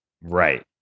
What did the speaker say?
right